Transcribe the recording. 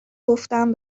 گفتم